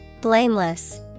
Blameless